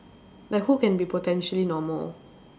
like who can be potentially normal